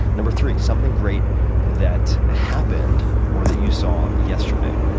no three something great that happened or that you saw yesterday.